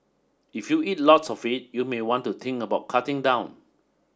if you eat lots of it you may want to think about cutting down